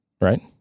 right